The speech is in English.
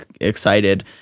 excited